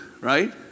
right